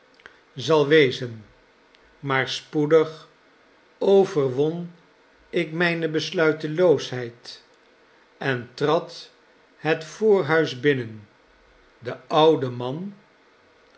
zal wezen maar spoedig overwonik mijne besluiteloosheid en trad het voorhuis binnen de oude man